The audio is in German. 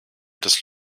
des